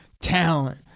talent